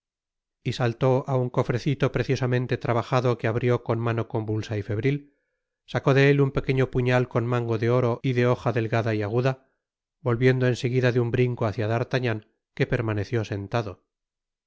y saltó á un cofrecito preciosamente trabajado que abrió con mano convulsa y febril sacó de él un pequeño puñal con mango de oro y de hoja delgada y aguda volviendo en seguida de un brinco hácia d'artagnan que permaneció sentado